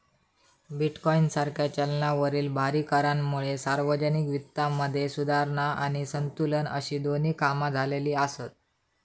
bitcoin सारख्या चलनावरील भारी करांमुळे सार्वजनिक वित्तामध्ये सुधारणा आणि संतुलन अशी दोन्ही कामा झालेली आसत